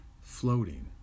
floating